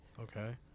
Okay